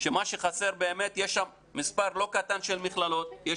יש מספר לא קטן של מכללות,